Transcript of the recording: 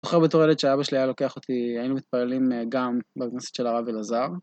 אני זוכר בתור שהאבא שלי היה לוקח אותי, היינו מתפעלים גם ב... של הרב ולזר.